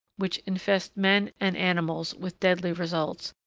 which infest men and animals, with deadly results,